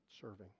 serving